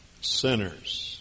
sinners